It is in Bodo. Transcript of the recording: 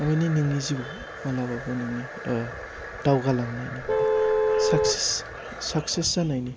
माने नोंनि जिउ मालाबाबो नोंनि दावगलांनायनि बा साकसेस साकसेस जानायनि